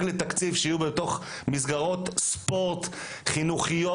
לתקציב שיהיה במסגרות ספורט חינוכיות,